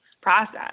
process